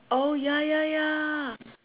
oh ya ya ya